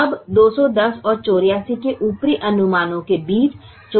अब 210 और 84 के ऊपरी अनुमानों के बीच 84 अधिक सार्थक है